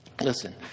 listen